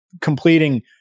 completing